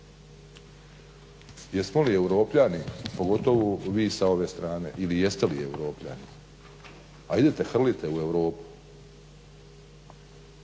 Jesmo li europljani pogotovo vi sa ove strane ili jeste li europljani, a idete i hrlite u Europu?